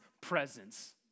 presence